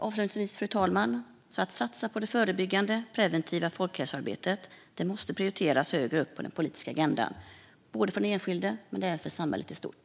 Avslutningsvis, fru talman: Att satsa på det förebyggande, preventiva, folkhälsoarbetet måste prioriteras högre på den politiska agendan, för den enskilde men även för samhället i stort.